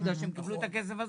כי הם יקבלו את הכסף הזה.